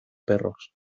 perros